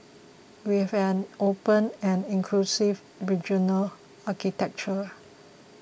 we have an open and inclusive regional architecture